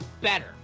better